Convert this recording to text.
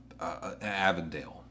Avondale